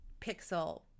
pixel